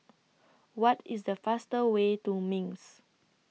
What IS The fastest Way to Minsk